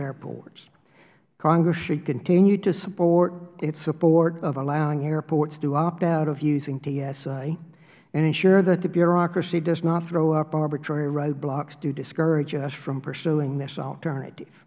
airports congress should continue to support its support of allowing airports to opt out of using tsa and ensure that the bureaucracy does not throw up arbitrary roadblocks to discourage us from pursuing this alternative